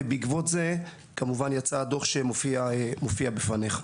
בעקבות זה יצא הדוח שמופיע בפניך.